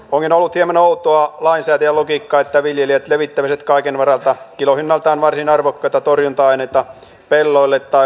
onkin ollut hieman outoa lainsäätäjän logiikkaa että viljelijät levittäisivät kaiken varalta kilohinnaltaan varsin arvokkaita torjunta aineita pelloille tai varastojensa nurkkiin